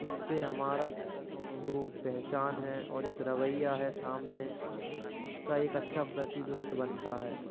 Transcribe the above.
इससे हमारा जो पहचान है और एक रवैया है सामने उसका एक अच्छा प्रतिद्विन्द बनता है